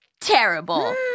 terrible